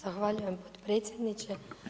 Zahvaljujem potpredsjedniče.